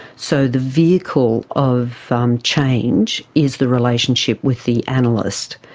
so the vehicle of um change is the relationship with the analyst,